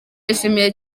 yishimiye